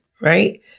right